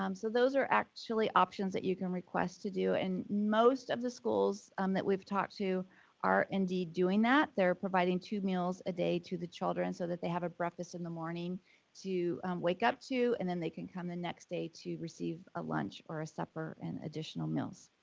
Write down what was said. um so those are actually options that you can request to do and most of the schools um that we've talked to are indeed doing that. they're providing two meals a day to the children so that they have a breakfast in the morning to wake up to, and then they can come the next day to receive a lunch or a supper and additional meals.